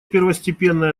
первостепенной